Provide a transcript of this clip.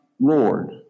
Lord